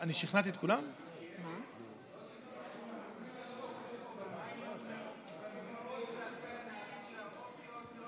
אבל מה עם מאות נערים ונערות שאין להם את העו"סיות,